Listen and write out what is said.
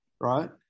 right